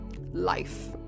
life